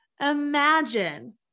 imagine